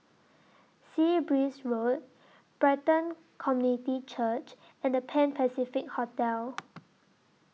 Sea Breeze Road Brighton Community Church and The Pan Pacific Hotel